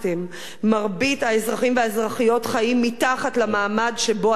מרבית האזרחים והאזרחיות חיים מתחת למעמד שבו אתם חיים.